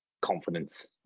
confidence